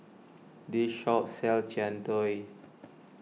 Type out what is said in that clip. this shop sells Jian Dui